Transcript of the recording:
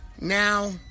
Now